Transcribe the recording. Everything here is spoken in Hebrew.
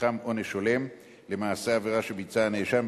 "מתחם עונש הולם" למעשה העבירה שביצע הנאשם,